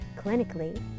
Clinically